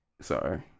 Sorry